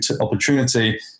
opportunity